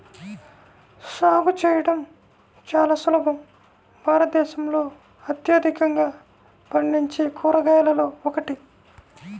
సాగు చేయడం చాలా సులభం భారతదేశంలో అత్యధికంగా పండించే కూరగాయలలో ఒకటి